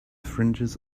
fringes